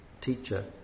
teacher